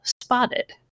spotted